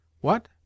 What